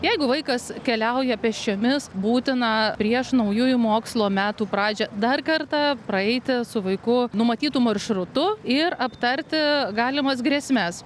jeigu vaikas keliauja pėsčiomis būtina prieš naujųjų mokslo metų pradžią dar kartą praeiti su vaiku numatytu maršrutu ir aptarti galimas grėsmes